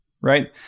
right